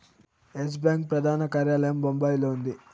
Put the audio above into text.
yes Bank ప్రధాన కార్యాలయం బొంబాయిలో ఉంది